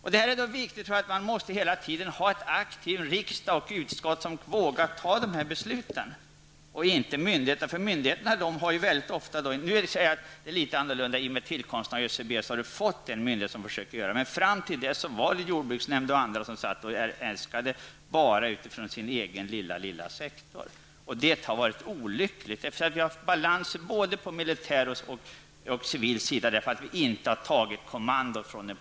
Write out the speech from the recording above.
Det gäller att hela tiden ha en aktiv riksdag och ett aktivt utskott som vågar fatta korrekta beslut. I och med ÖCBs tillkomst har vi dock fått en myndighet som försöker handla rationellt, men fram till dess var det jordbruksnämnder och andra som äskade medel till sin egen lilla sektor. Det var mycket olyckligt. Det har rått obalanser både på den militära och civila sidan på grund av att politikerna inte har tagit kommandot.